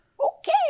okay